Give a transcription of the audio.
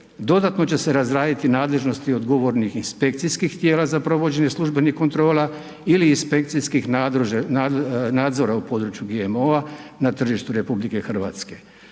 Dodatno će se razraditi nadležnost odgovornih inspekcijskih tijela za provođenje službenih kontrola ili inspekcijskih nadzora u području GMO-a na tržištu RH.